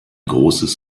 großes